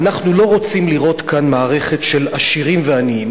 ואנחנו לא רוצים לראות כאן מערכת של עשירים ועניים.